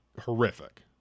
horrific